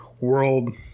world